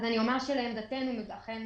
לעמדתנו, אכן